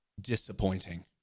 disappointing